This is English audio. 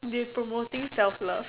they promoting self love